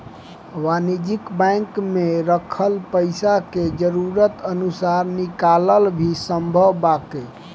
वाणिज्यिक बैंक में रखल पइसा के जरूरत अनुसार निकालल भी संभव बावे